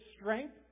strength